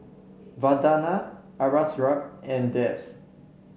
Vandana Aurangzeb and